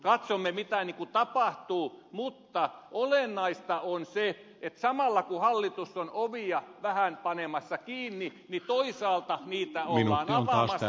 katsomme mitä tapahtuu mutta olennaista on se että samalla kun hallitus on ovia vähän panemassa kiinni niin toisaalta niitä ollaan avaamassa